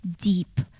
deep